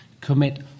commit